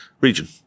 region